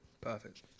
perfect